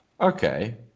okay